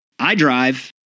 idrive